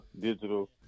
digital